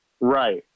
Right